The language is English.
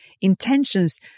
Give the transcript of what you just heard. Intentions